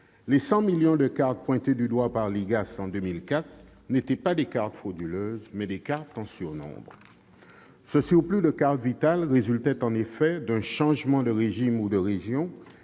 les 100 millions de cartes pointés du doigt par l'IGAS en 2004 étaient non pas des cartes frauduleuses, mais des cartes en surnombre. Ce surplus de cartes Vitale résultait en effet d'un changement de régime ou de région